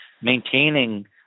maintaining